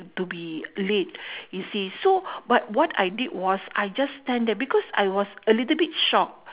to be late you see so but what I did was I just stand there because I was a little bit shocked